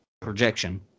projection